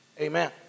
Amen